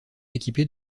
équipés